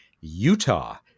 Utah